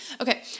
Okay